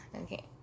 Okay